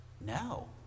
No